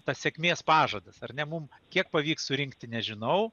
tas sėkmės pažadas ar ne mum kiek pavyks surinkti nežinau